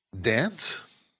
dance